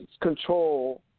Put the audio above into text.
control